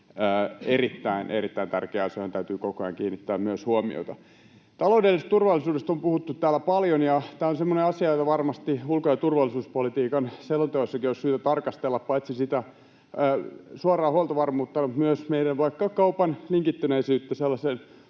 erittäin tärkeä asia, johon täytyy koko ajan kiinnittää myös huomioita. Taloudellisesta turvallisuudesta on puhuttu täällä paljon, ja tämä on semmoinen asia, jota varmasti ulko- ja turvallisuuspolitiikan selonteossakin olisi syytä tarkastella, paitsi sitä suoraa huoltovarmuutta myös meidän vaikka kaupan linkittyneisyyttä sellaisten